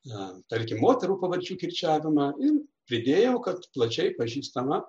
tarkim moterų pavardžių kirčiavimą ir pridėjau kad plačiai pažįstama